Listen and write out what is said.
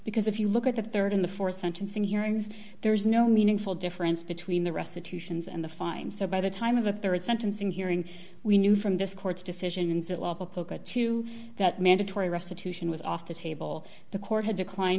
because if you look at the rd in the four sentencing hearings there is no meaningful difference between the restitution is and the fine so by the time of the rd sentencing hearing we knew from this court's decision and two that mandatory restitution was off the table the court had decline